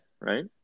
right